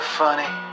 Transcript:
funny